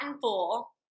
full